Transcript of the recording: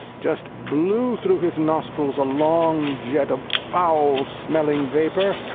just blew through his nostrils a long jet of foul-smelling vapor,